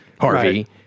Harvey